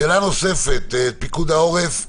שאלה נוספת לפיקוד העורף והמל"ל.